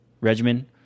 regimen